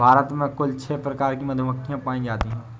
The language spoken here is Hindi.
भारत में कुल छः प्रकार की मधुमक्खियां पायी जातीं है